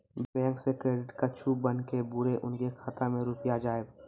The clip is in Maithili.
बैंक से क्रेडिट कद्दू बन के बुरे उनके खाता मे रुपिया जाएब?